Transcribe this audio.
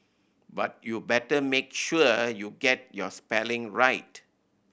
but you better make sure you get your spelling right